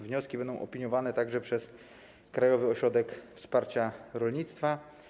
Wnioski będą opiniowane także przez Krajowy Ośrodek Wsparcia Rolnictwa.